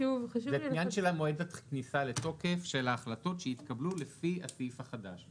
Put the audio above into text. בעניין של המועד כניסה לתוקף של ההחלטות שהתקבלו לפי הסעיף החדש.